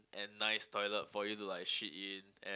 and nice toilet for you to like shit in and